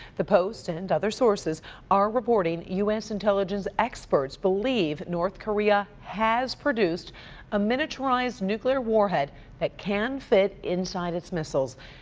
the post and and other sources are reporting u s. intelligence experts believe north korea has produced a miniaturized nuclear warhead that can fit inside its missiles,